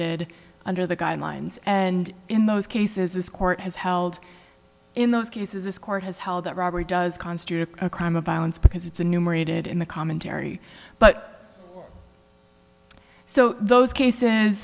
numerated under the guidelines and in those cases this court has held in those cases this court has held that robbery does constitute a crime of violence because it's a numerated in the commentary but so those cases